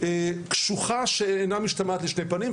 קשוחה שאינה משתמעת לשתי פנים.